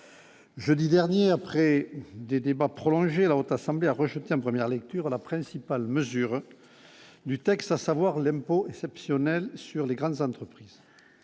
jeudi dernier après des débats prolongés, la haute assemblée a rejeté en première lecture la principale mesure du Texas, avoir l'aime pas exceptionnel sur les grandes entreprises,